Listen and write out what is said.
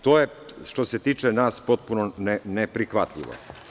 To je što se tiče nas potpuno neprihvatljivo.